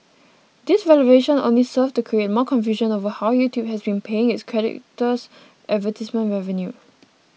this revelation only served to create more confusion over how YouTube has been paying its creators advertisement revenue